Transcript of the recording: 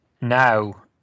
Now